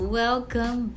welcome